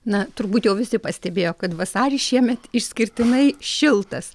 na turbūt jau visi pastebėjo kad vasaris šiemet išskirtinai šiltas